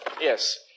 Yes